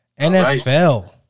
NFL